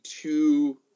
two